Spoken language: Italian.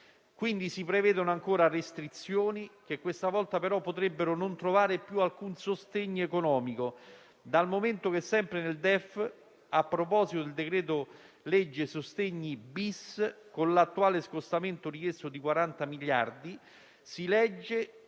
Quindi, si prevedono ancora restrizioni che questa volta, però, potrebbero non trovare più alcun sostegno economico dal momento che sempre nel DEF, a proposito del cosiddetto decreto-legge sostegni-*bis*, con l'attuale scostamento richiesto di 40 miliardi, si legge